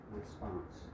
response